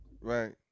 Right